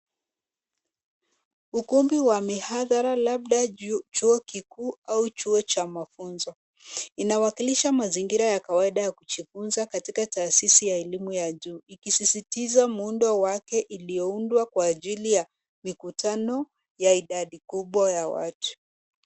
Ukumbi wa mihadhara labda chuo kikuu au chuo cha mafunzo. Inawakilisha mazingira ya kawaida ya kujifunza katika taasisi ya elimu ya juu ikisisitiza muundo wake iliyoundwa kwa ajili ya mikutano ya idadi kubwa ya watu.